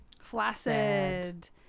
flaccid